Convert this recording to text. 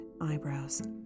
eyebrows